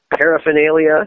paraphernalia